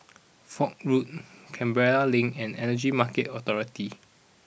Foch Road Canberra Link and Energy Market Authority